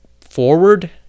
forward